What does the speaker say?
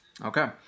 Okay